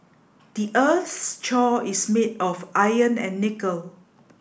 the earth's is made of iron and nickel